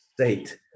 state